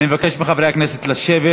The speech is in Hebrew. אני מבקש מחברי הכנסת לשבת.